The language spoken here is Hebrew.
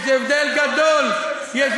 יש הבדל גדול, תיאורטית זה בסדר?